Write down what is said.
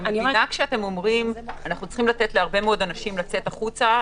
כשאתם אומרים אנחנו צריכים לתת להרבה מאוד אנשים לצאת החוצה,